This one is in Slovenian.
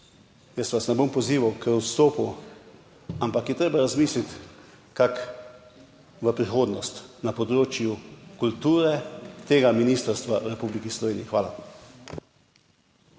jaz vas ne bom pozival k odstopu, ampak je treba razmisliti kako v prihodnost na področju kulture tega ministrstva v Republiki Sloveniji. **46.